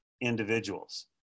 individuals